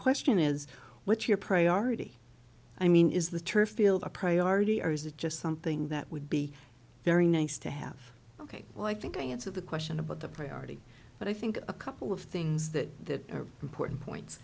question is what's your priority i mean is the turf field a priority or is it just something that would be very nice to have ok well i think i answered the question about the priority but i think a couple of things that are important points